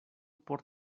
por